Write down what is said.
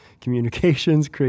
communications